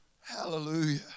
Hallelujah